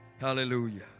Hallelujah